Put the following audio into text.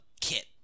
kit